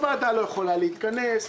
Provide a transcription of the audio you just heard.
הוועדה לא יכולה להתכנס,